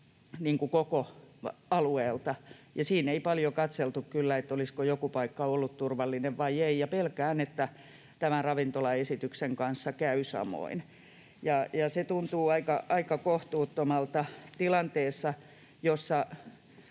koko alueelta, ja siinä ei kyllä paljon katseltu, olisiko joku paikka ollut turvallinen vai ei, ja pelkään, että tämän ravintolaesityksen kanssa käy samoin. Ja se tuntuu aika kohtuuttomalta tilanteessa, jossa